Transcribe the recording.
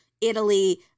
Italy